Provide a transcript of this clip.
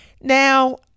Now